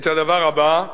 את הדבר הבא: